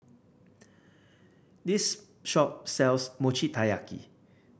this shop sells Mochi Taiyaki